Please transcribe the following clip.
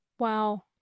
Wow